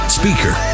speaker